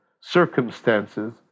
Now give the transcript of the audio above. circumstances